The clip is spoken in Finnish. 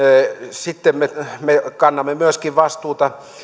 sitten me me myöskin kannamme vastuuta